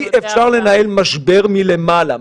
אי אפשר לנהל משבר למעלה.